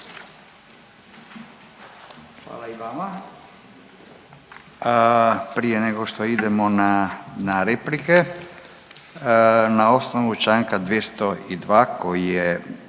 Hvala i vama. Prije nego što idemo na, na replike, na osnovu čl. 202. koji je,